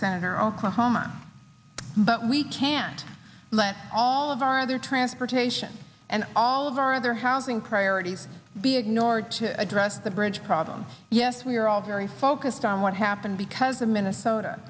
senator oklahoma but we can't let all of our other transportation and all of our other housing priorities be ignored to address the bridge problem yes we are all very focused on what happened because the minnesota